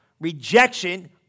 Rejection